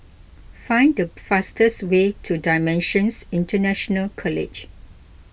find the fastest way to Dimensions International College